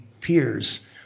peers